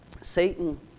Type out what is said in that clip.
Satan